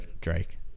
drake